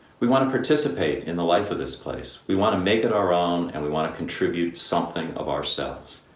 we want to participate in the life of this place. we want to make it our own, and we want to contribute something of ourselves.